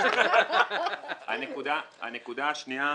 הנקודה השנייה.